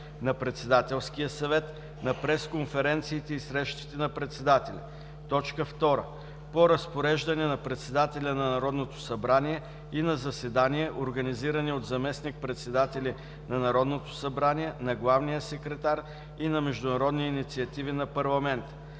на Председателския съвет, на пресконференциите и срещите на председателя; 2. по разпореждане на председателя на Народното събрание – и на заседания, организирани от заместник председатели на Народното събрание, на главния секретар и на международни инициативи на парламента;